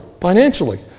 financially